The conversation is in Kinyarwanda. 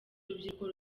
urubyiruko